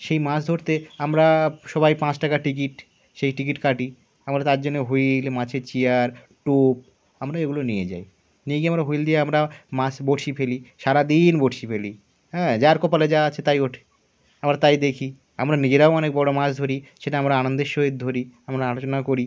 সেই মাছ ধরতে আমরা সবাই পাঁচ টাকার টিকিট সেই টিকিট কাটি আমরা তার জন্যে হুইল মাছের চেয়ার টোপ আমরা এগুলো নিয়ে যাই নিয়ে গিয়ে আমরা হুইল দিয়ে আমরা মাছ বঁড়শি ফেলি সারা দিন বঁড়শি ফেলি হ্যাঁ যার কপালে যা আছে তাই ওঠে আর তাই দেখি আমরা নিজেরাও অনেক বড়ো মাছ ধরি সেটা আমরা আনন্দের সহিত ধরি আমরা আলোচনা করি